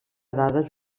dades